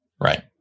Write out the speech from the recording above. Right